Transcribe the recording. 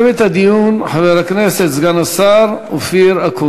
החוזה הזה מופר היום.